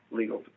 legal